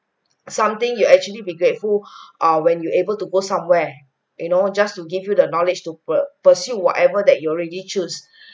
something you actually be grateful err when you able to go somewhere you know just to give you the knowledge to pre pursue whatever that you already choose